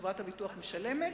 חברת הביטוח משלמת